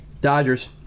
Dodgers